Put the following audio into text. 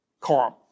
calm